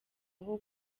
aho